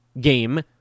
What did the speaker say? game